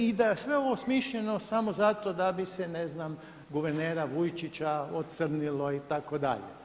I da je sve ovo smišljeno samo zato da bi se ne znam guvernera Vujčića ocrnilo itd.